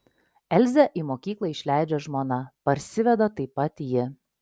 elzę į mokyklą išleidžia žmona parsiveda taip pat ji